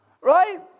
Right